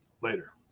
later